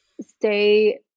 stay